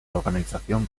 organización